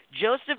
Joseph